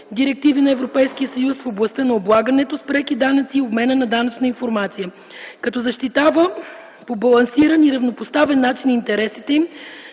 директиви на ЕС в областта на облагането с преки данъци и обмена на данъчна информация, като защитава по балансиран и равнопоставен начин интересите им,